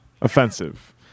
Offensive